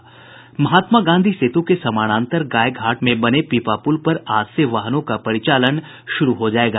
महात्मा गांधी सेतु के समानांतर गाय घाट में बने पीपा प्रल पर आज से वाहनों का परिचालन शुरू हो जायेगा